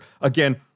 Again